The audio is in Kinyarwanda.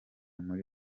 muri